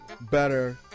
better